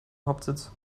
hauptsitz